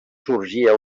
sorgia